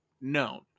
known